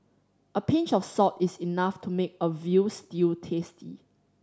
a pinch of salt is enough to make a veal stew tasty